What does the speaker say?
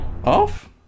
Off